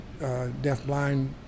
deafblind